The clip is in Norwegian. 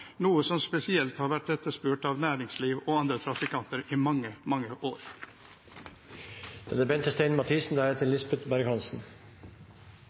noe som spesielt har vært etterspurt av næringsliv og andre trafikanter i mange, mange år.